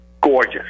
Gorgeous